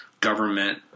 government